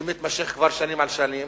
שנמשך כבר שנים על שנים,